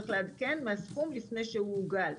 צריך לעדכן מהסכום לפני שהוא עוגל.